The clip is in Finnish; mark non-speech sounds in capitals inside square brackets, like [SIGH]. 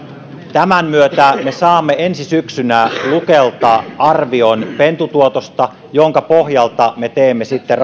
tämän myötä me saamme ensi syksynä lukelta arvion pentutuotosta jonka pohjalta me teemme sitten [UNINTELLIGIBLE]